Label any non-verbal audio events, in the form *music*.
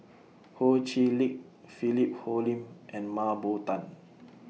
*noise* Ho Chee Lick Philip Hoalim and Mah Bow Tan *noise*